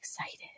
excited